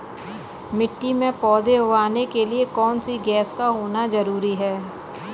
मिट्टी में पौधे उगाने के लिए कौन सी गैस का होना जरूरी है?